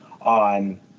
on